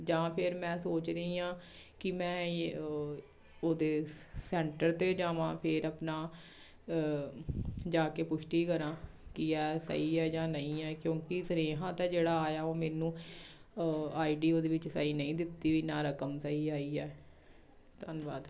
ਜਾਂ ਫਿਰ ਮੈਂ ਸੋਚ ਰਹੀ ਹਾਂ ਕਿ ਮੈਂ ਇਹ ਉਹਦੇ ਸ ਸੈਂਟਰ 'ਤੇ ਜਾਵਾਂ ਫਿਰ ਆਪਣਾ ਜਾ ਕੇ ਪੁਸ਼ਟੀ ਕਰਾਂ ਕਿ ਯਾਰ ਸਹੀ ਹੈ ਜਾਂ ਨਹੀਂ ਹੈ ਕਿਉਂਕਿ ਸੁਨੇਹਾ ਤਾਂ ਜਿਹੜਾ ਆਇਆ ਉਹ ਮੈਨੂੰ ਆਈ ਡੀ ਉਹਦੇ ਵਿੱਚ ਸਹੀ ਨਹੀਂ ਦਿੱਤੀ ਵੀ ਨਾ ਰਕਮ ਸਹੀ ਆਈ ਆ ਧੰਨਵਾਦ